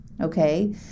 okay